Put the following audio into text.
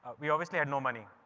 we obviously had no money